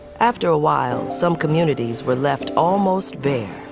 after a while, some communities were left almost bare